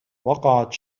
وقعت